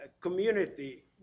community